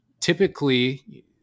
typically